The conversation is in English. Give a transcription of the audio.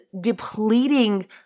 depleting